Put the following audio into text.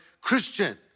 Christian